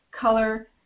color